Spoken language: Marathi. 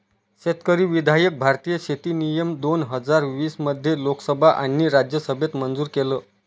शेतकरी विधायक भारतीय शेती नियम दोन हजार वीस मध्ये लोकसभा आणि राज्यसभेत मंजूर केलं